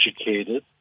educated